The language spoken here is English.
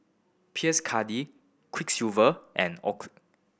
Pierre Cardin Quiksilver and Oakley